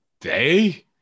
Day